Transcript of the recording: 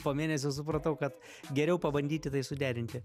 po mėnesio supratau kad geriau pabandyti tai suderinti